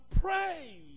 pray